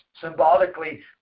symbolically